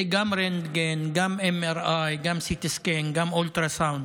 זה גם רנטגן, גם MRI, גם CT scan, גם אולטרסאונד,